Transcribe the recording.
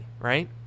right